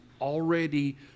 already